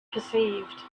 perceived